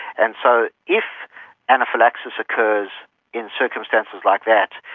and so if anaphylaxis occurs in circumstances like that,